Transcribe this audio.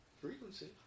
frequency